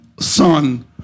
son